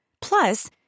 Plus